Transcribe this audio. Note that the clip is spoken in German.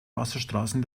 wasserstraßen